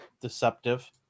deceptive